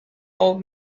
old